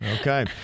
Okay